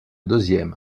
deuxième